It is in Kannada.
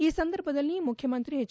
ಈ ಸಂದರ್ಭದಲ್ಲಿ ಮುಖ್ಯಮಂತ್ರಿ ಎಚ್